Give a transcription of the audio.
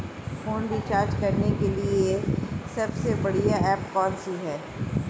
Phone recharge करने के लिए सबसे बढ़िया ऐप कौन सी है?